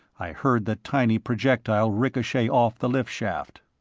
i heard the tiny projectile ricochet off the lift shaft.